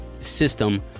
system